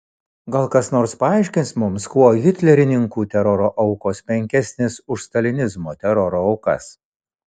gal kas nors paaiškins mums kuo hitlerininkų teroro aukos menkesnės už stalinizmo teroro aukas